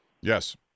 Yes